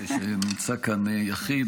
שנמצא כאן יחיד,